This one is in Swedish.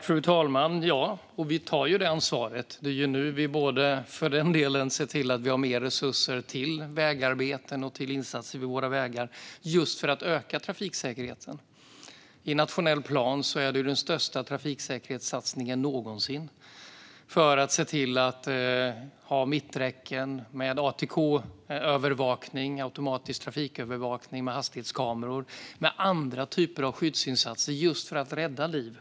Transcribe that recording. Fru talman! Vi tar ju det ansvaret. Det är just för att öka trafiksäkerheten som vi nu ser till att vi har mer resurser till vägarbeten och till insatser vid våra vägar. I nationell plan finns den största trafiksäkerhetssatsningen någonsin för att se till att ha mitträcken och ATK, alltså automatisk trafikövervakning med hastighetskameror, liksom andra typer av skyddsinsatser för att rädda liv.